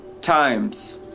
times